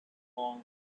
long